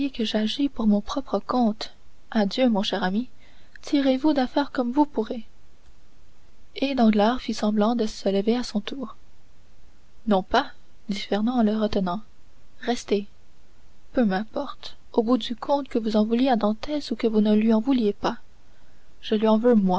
que j'agis pour mon propre compte adieu mon cher ami tirez vous d'affaire comme vous pourrez et danglars fit semblant de se lever à son tour non pas dit fernand en le retenant restez peu m'importe au bout du compte que vous en vouliez à dantès ou que vous ne lui en vouliez pas je lui en veux